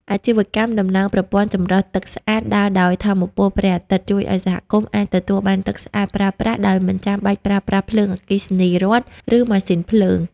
អាជីវកម្មតម្លើងប្រព័ន្ធចម្រោះទឹកស្អាតដើរដោយថាមពលព្រះអាទិត្យ ជួយឱ្យសហគមន៍អាចទទួលបានទឹកស្អាតប្រើប្រាស់ដោយមិនចាំបាច់ប្រើប្រាស់ភ្លើងអគ្គិសនីរដ្ឋ ឬម៉ាស៊ីនភ្លើង។